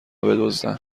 بدزدن